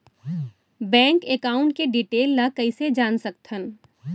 Bank account के detail ल कइसे जान सकथन?